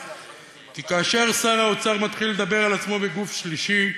כי כאשר שר האוצר מתחיל לדבר על עצמו בגוף שלישי,